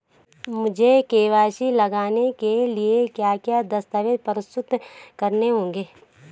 मुझे के.वाई.सी कराने के लिए क्या क्या दस्तावेज़ प्रस्तुत करने होंगे?